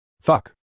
Fuck